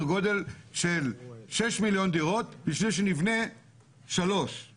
גודל של שישה מיליון דירות בשביל שנבנה שלושה.